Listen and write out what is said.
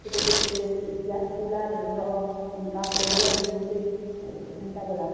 କେତେବେଲେ ସେ ଗ୍ୟାସ୍ ଚୁଲାର୍ କାଁ ପ୍ରୋବ୍ଲେମ୍ ହେଇଛେ ହେନ୍ତା ବଏଲା